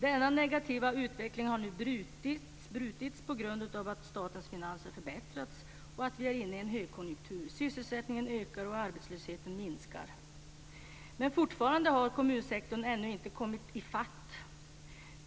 Denna negativa utveckling har nu brutits på grund av att statens finanser förbättrats och att vi är inne i en högkonjunktur. Sysselsättningen ökar och arbetslösheten minskar. Men fortfarande har kommunsektorn inte kommit i fatt.